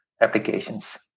applications